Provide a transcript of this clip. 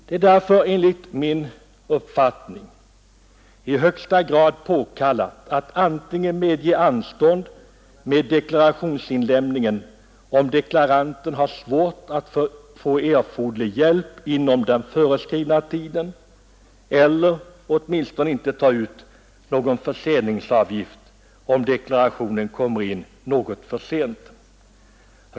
Det är därför enligt min uppfattning i högsta grad påkallat att antingen medge anstånd med deklarationsinlämningen om deklaranten har svårt att få erforderlig hjälp inom den föreskrivna tiden eller åtminstone inte ta ut någon förseningsavgift, om deklarationen kommer in något för sent.